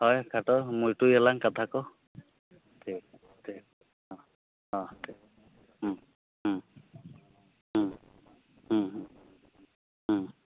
ᱦᱳᱭ ᱠᱷᱟᱴᱚ ᱢᱩᱪᱟᱹᱫᱟᱞᱟᱝ ᱠᱟᱛᱷᱟ ᱠᱚ ᱴᱷᱤᱠ ᱴᱷᱤᱠ ᱚᱸᱦ ᱦᱮᱸ ᱴᱷᱤᱠ ᱦᱮᱸ ᱦᱮᱸ ᱦᱮᱸ ᱦᱮᱸ ᱦᱮᱸ ᱦᱮᱸ